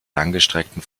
langgestreckten